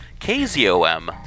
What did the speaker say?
KZOM